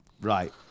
Right